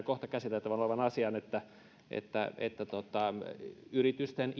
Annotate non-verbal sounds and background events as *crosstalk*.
*unintelligible* kohta käsiteltävänä olevan asian että että yritysten *unintelligible*